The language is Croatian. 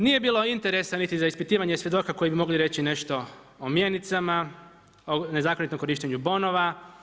Nije bilo interesa niti za ispitivanje svjedoka koji bi mogli reći nešto o mjenicama, o nezakonitom korištenju bonova.